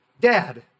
Dad